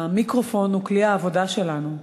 המיקרופון הוא כלי העבודה שלנו,